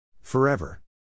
Forever